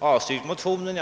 avstyrkt motionen.